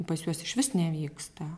pas juos išvis nevyksta